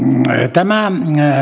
tämä